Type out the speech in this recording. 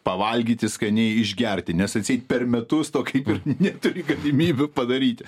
pavalgyti skaniai išgerti nes atseit per metus to kaip ir neturi galimybių padaryti